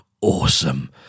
Awesome